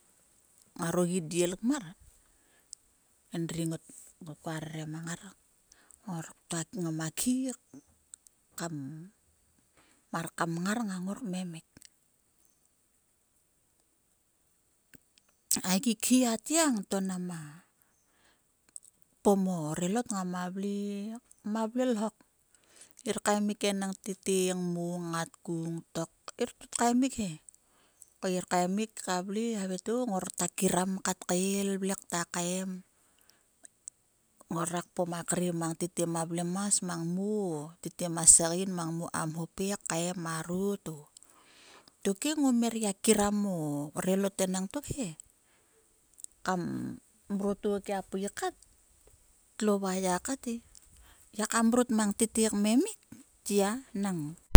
Ngaroo gidel kmar endri ngot ngoma rere kmar ngoma khi khi kam mar kam mngar ngannor kmemik. A gik atgiang to na ma kpom o relot ngama vle iho. Ngir kaemik enang tete. ngmo ngat ku ngtok ngir kut kae mik he. Ko ngir kaemik kat kael kta havai te o ngoro kiram kat kaem. Ngora kpom a kre mang tete ma vlemas mang ngmo o tete ma sagam kam hopâ he kaem marot o. Tokhe ngom her gia kiram o relot entok he. Kam mrot oguo kia pui kat tlo vua ya kat e. Ngiaka mrot tete kmemik tya nang.